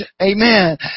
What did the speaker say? amen